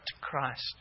Christ